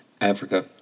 Africa